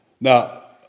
Now